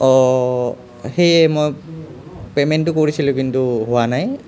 অঁ সেয়ে মই পে'মেণ্টটো কৰিছিলোঁ কিন্তু হোৱা নাই